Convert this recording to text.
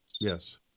yes